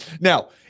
now